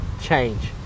change